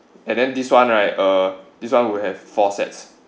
and then this one right uh this one will have four sets